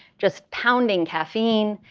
just pounding caffeine.